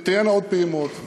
תהיינה עוד פעימות.